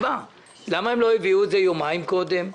למה הם לא הביאו את זה יומיים קודם?